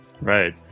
Right